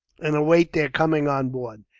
and await their coming on board.